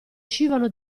uscivano